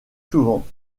souvent